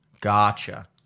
Gotcha